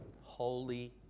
holy